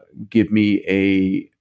give me a